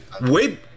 wait